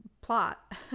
plot